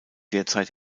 derzeit